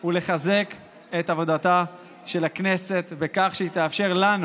היא לחזק את עבודתה של הכנסת בכך שהיא תאפשר לנו,